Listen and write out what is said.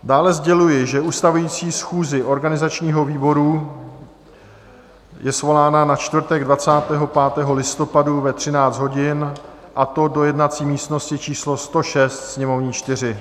Dále sděluji, že ustavující schůze organizačního výboru je svolána na čtvrtek 25. listopadu ve 13 hodin, a to do jednací místnosti číslo 106, Sněmovní 4.